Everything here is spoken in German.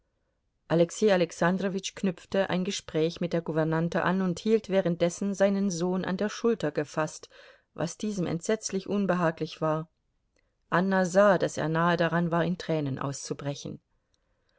alexei alexandrowitsch knüpfte ein gespräch mit der gouvernante an und hielt währenddessen seinen sohn an der schulter gefaßt was diesem entsetzlich unbehaglich war anna sah daß er nahe daran war in tränen auszubrechen